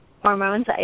hormones